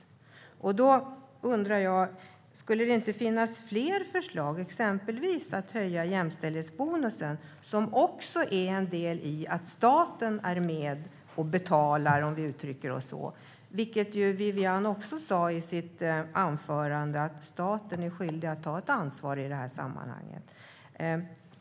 Borde det inte finnas fler förslag, exempelvis att höja jämställdhetsbonusen, som är en del av att staten är med och betalar, om vi uttrycker oss så? Wiwi-Anne Johansson sa i sitt anförande att staten är skyldig att ta ett ansvar i sammanhanget.